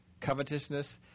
covetousness